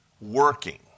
working